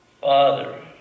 father